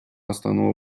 основного